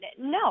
No